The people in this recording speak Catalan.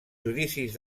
judicis